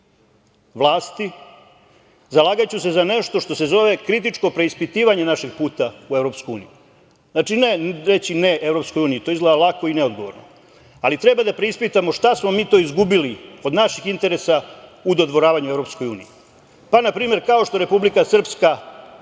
vlasti, zalagaću se za nešto što se zove – kritičko preispitivanje našeg puta u EU. Znači ne reći ne EU. To izgleda lako i neodgovorno, ali treba da preispitamo šta smo mi to izgubili od našeg interesa u dodvoravanju EU.Pa, na primer, kao što Republika Srpska